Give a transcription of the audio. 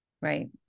Right